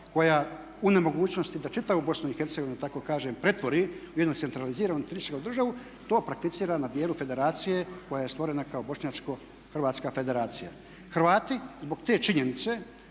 Bosnu i Hercegovinu da tako kažem pretvori u jednu centraliziranu unutarističku državu to prakticira na dijelu federacije koja je stvorena kao bošnjačko-hrvatska federacija. Hrvati zbog te činjenice,